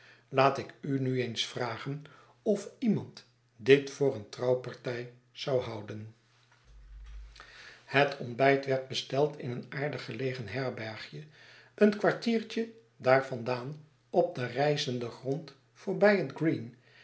laat ik u nu eens vragen of iemand dit voor eene trouwpartij zou houden het ontbijt was besteld in een aardig gelegen herbergje een kwartiertje daarvandaan op den rijzenden grond voorbij het green